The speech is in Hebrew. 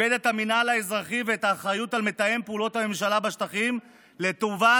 איבד את המינהל האזרחי ואת האחריות למתאם פעולות הממשלה בשטחים לטובת